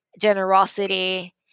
generosity